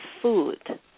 food